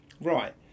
Right